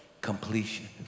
completion